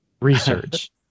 Research